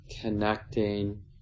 connecting